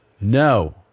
No